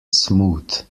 smooth